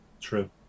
True